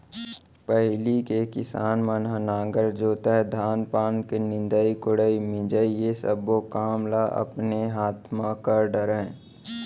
पहिली के किसान मन ह नांगर जोतय, धान पान के निंदई कोड़ई, मिंजई ये सब्बो काम ल अपने हाथ म कर डरय